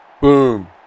Boom